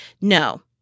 No